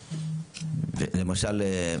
למשל,